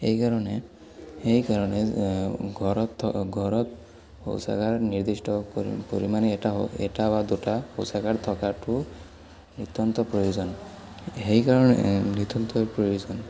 এইকাৰণে সেইকাৰণে ঘৰত থ ঘৰত শৌচাগাৰ নিৰ্দিষ্ট পৰি পৰিমাণে এটা এটা বা দুটা পৌচাগাৰ থকাটো নিত্যন্ত প্ৰয়োজন সেইকাৰণে নিতন্তই প্ৰয়োজন